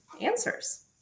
answers